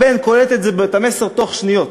הבן קולט את המסר תוך שניות.